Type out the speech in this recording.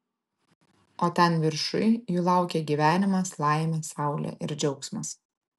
o ten viršuj jų laukia gyvenimas laimė saulė ir džiaugsmas